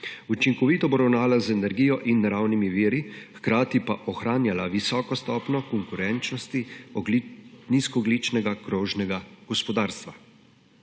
Učinkovito bo ravnala z energijo in naravnimi viri, hkrati pa ohranjala visoko stopnjo konkurenčnosti nizkoogljičnega krožnega gospodarstva.